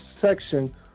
section